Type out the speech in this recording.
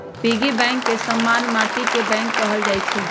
piggy bank के समान्य माटिके बैंक कहल जाइ छइ